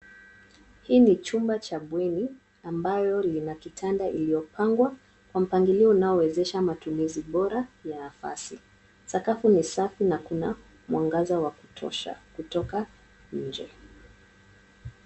Hii ni chumba cha bweni , ambayo lina kitanda iliyopangwa kwa mpangilio unaowezesha matumizi bora ya nafasi. Sakafu ni safi na kuna mwangaza wa kutosha kutoka nje.